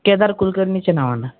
केदार कुलकर्नीच्या नावानं